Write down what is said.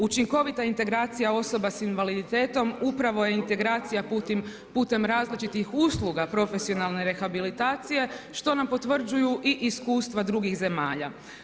Učinkovita integracija osoba s invaliditetom upravo je integracija putem različitih usluga profesionalne rehabilitacije što nam potvrđuju i iskustva drugih zemalja.